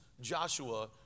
Joshua